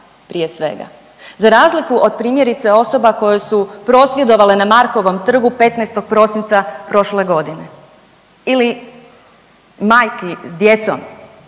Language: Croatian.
prije svega za razliku od primjerice osoba koje su prosvjedovale na Markovom trgu 15. prosinca prošle godine ili majki s djecom